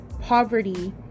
poverty